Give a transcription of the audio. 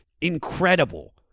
incredible